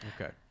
okay